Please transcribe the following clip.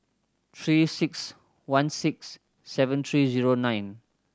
Three Six One six seven three zero nine